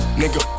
nigga